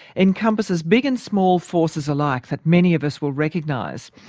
encompasses big and small forces alike, that many of us will recognise.